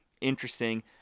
interesting